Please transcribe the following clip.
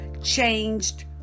changed